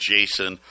Jason